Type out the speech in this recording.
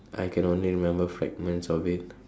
I can only remember fragments of it